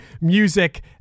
music